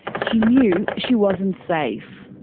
she knew she wasn't safe.